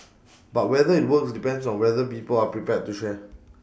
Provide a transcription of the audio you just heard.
but whether IT works depends on whether people are prepared to share